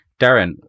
darren